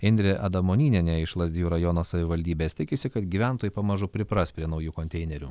indrė adamonynienė ne iš lazdijų rajono savivaldybės tikisi kad gyventojai pamažu pripras prie naujų konteinerių